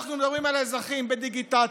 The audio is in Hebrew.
כשאנחנו מדברים אל האזרחים בדיגיטציה,